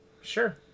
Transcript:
Sure